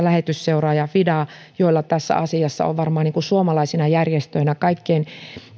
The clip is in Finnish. lähetysseuraa ja fidaa joilla tässä asiassa on varmaan suomalaisina järjestöinä kaikkein